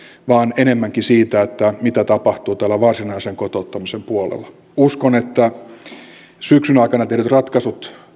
vaan enemmänkin siitä mitä tapahtuu tällä varsinaisen kotouttamisen puolella uskon että syksyn aikana tehdyt ratkaisut